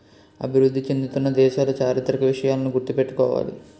అభివృద్ధి చెందుతున్న దేశాలు చారిత్రక విషయాలను గుర్తు పెట్టుకోవాలి